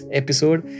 episode